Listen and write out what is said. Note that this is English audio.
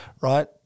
right